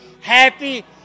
happy